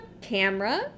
camera